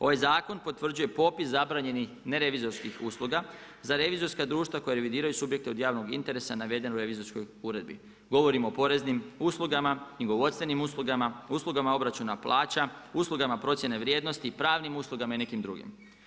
Ovaj zakon potvrđuje popis zabranjenih nerevizorskih usluga za revizorska društva koje revidiraju subjekte od javnog interesa navedenoj revizorskoj uredbi, govorim o poreznim uslugama, knjigovodstvenim uslugama, uslugama obračuna plaća, uslugama procjene vrijednosti, pravnim uslugama i nekim drugim.